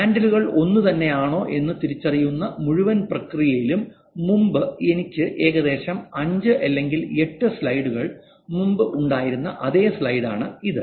ഹാൻഡിലുകൾ ഒന്നുതന്നെയാണോ എന്ന് തിരിച്ചറിയുന്ന മുഴുവൻ പ്രക്രിയയിലും മുമ്പ് എനിക്ക് ഏകദേശം 5 അല്ലെങ്കിൽ 8 സ്ലൈഡുകൾ മുൻപ് ഉണ്ടായിരുന്ന അതേ സ്ലൈഡാണ് ഇത്